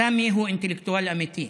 סמי הוא אינטלקטואל אמיתי.